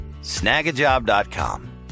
SnagAjob.com